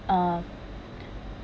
uh